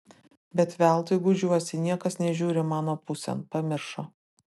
bet veltui gūžiuosi niekas nežiūri mano pusėn pamiršo